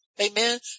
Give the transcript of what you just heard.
Amen